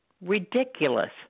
ridiculous